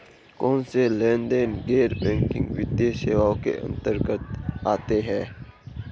कौनसे लेनदेन गैर बैंकिंग वित्तीय सेवाओं के अंतर्गत आते हैं?